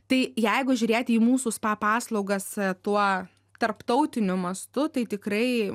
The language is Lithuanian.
tai jeigu žiūrėti į mūsų spa paslaugas tuo tarptautiniu mastu tai tikrai